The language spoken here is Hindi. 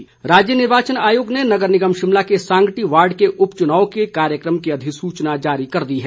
उपचुनाव राज्य निर्वाचन आयोग ने नगर निगम शिमला के सांगटी वार्ड के उप चुनाव के कार्यक्रम की अधिसूचना जारी कर दी है